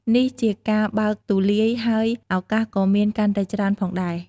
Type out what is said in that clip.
នេះជាការបើកទូលាយ ហើយឱកាសក៏មានកាន់តែច្រើនផងដែរ។